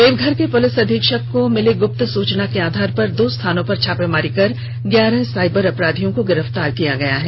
देवघर के पुलिस अधीक्षक को मिली गुप्त सूचना के आधार पर दो स्थानों पर छापेमारी कर ग्यारह साइबर अपराधियों को गिरफ्तार किया है